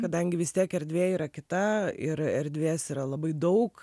kadangi vis tiek erdvė yra kita ir erdvės yra labai daug